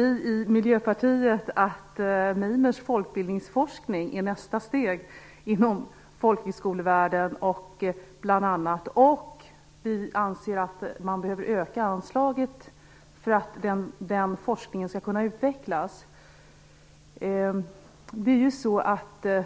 Vi i Miljöpartiet tycker att bl.a. folkbildningsforskning inom MIMER är nästa steg inom folkhögskolevärlden. Vi anser också att man behöver öka anslaget för att den forskningen skall kunna utvecklas. Den